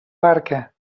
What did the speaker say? barca